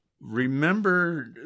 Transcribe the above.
remember